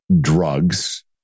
drugs